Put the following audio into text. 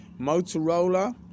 Motorola